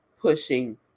pushing